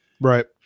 Right